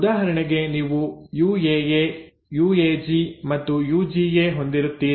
ಉದಾಹರಣೆಗೆ ನೀವು UAA UAG ಮತ್ತು ಯುಜಿಎ ಹೊಂದಿರುತ್ತೀರಿ